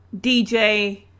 DJ